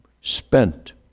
spent